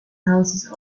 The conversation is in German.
hauses